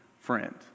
friend